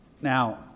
now